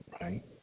right